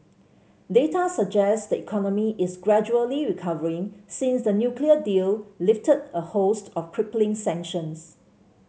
data suggest the economy is gradually recovering since the nuclear deal lifted a host of crippling sanctions